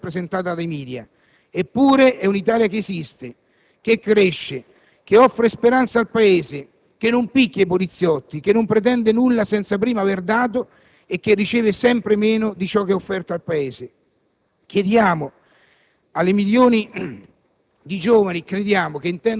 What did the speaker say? portando la testimonianza di una Italia che non viene mai rappresentata dai *media*; eppure è un'Italia che esiste, che cresce, che offre speranza al Paese, che non picchia i poliziotti, che non pretende nulla senza prima aver dato e che riceve sempre meno di ciò che ha offerto al Paese. Chiediamo